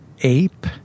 ape